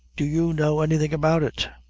do you know anything about it?